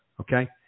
Okay